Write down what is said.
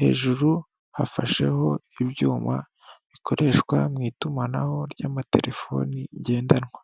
hejuru hafasheho ibyuma bikoreshwa mu itumanaho ry'amatelefoni ngendanwa.